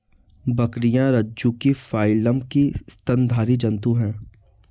बकरियाँ रज्जुकी फाइलम की स्तनधारी जन्तु है